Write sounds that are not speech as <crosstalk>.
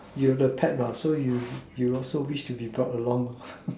you the pet what so you you also wished to be brought along <laughs>